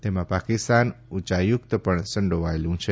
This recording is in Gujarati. તેમાં પાકિસ્તાન ઉચ્યાયુકત પણ સંડોવાયેલુ છે